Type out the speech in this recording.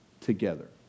together